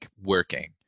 working